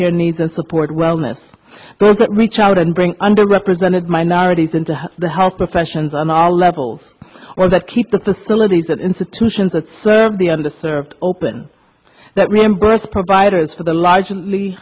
care needs and support wellness to reach out and bring under represented minorities into the health professions and all levels or that keep the facilities and institutions that serve the under served open that reimburse providers for the large